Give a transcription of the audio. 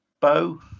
bow